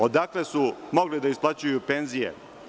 Odakle su mogli da isplaćuju penzije?